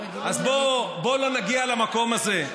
אז בוא לא נגיע למקום הזה.